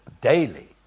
daily